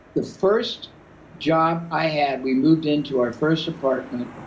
the first job i had, we moved into our first apartment.